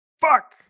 fuck